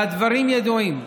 הדברים ידועים,